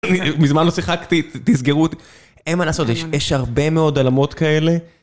מזמן לא שיחקתי, תסגרו אותי. אין מה לעשות, יש הרבה מאוד עולמות כאלה.